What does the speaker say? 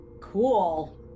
Cool